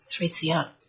3CR